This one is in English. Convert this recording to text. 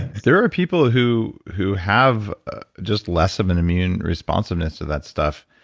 there are people who who have ah just less of an immune response madness to that stuff.